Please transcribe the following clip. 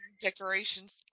decorations